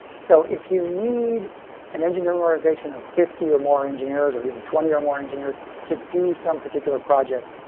so if you need an engineering memorization of fifty or more engineers, or even twenty or more engineers to do some particular project,